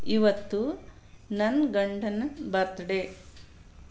ಇವತ್ತು ನನ್ನ ಗಂಡನ ಬರ್ತ್ಡೆ